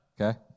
Okay